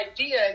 idea